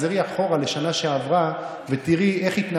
אם הוא רוצה הוא מכשיר,